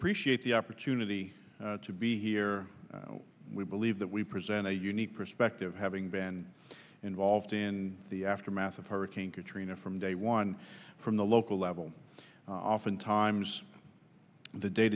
the opportunity to be here we believe that we present a unique perspective having been involved in the aftermath of hurricane katrina from day one from the local level oftentimes the day